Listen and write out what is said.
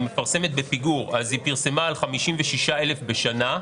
היא מפרסמת באיחור היא פרסמה על 56 אלף בשנה.